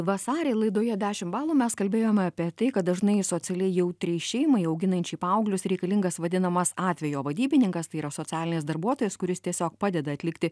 vasarį laidoje dešim balų mes kalbėjome apie tai kad dažnai socialiai jautriai šeimai auginančiai paauglius reikalingas vadinamas atvejo vadybininkas tai yra socialinis darbuotojas kuris tiesiog padeda atlikti